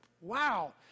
Wow